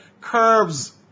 curves